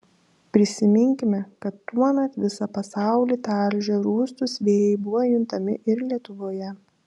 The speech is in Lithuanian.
prisiminkime kad tuomet visą pasaulį talžę rūstūs vėjai buvo juntami ir lietuvoje